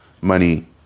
money